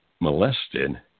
molested